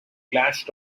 clashed